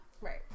right